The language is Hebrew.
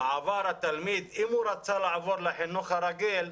אם התלמיד רצה לעבור לחינוך הרגיל,